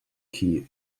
key